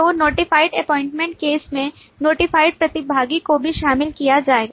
तो notified appointment case में notified प्रतिभागी को भी शामिल किया जाएगा